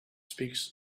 speaks